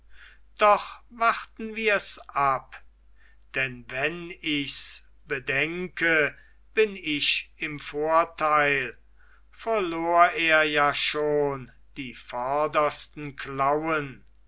doch warten wirs ab denn wenn ichs bedenke bin ich im vorteil verlor er ja schon die vordersten klauen